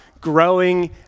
growing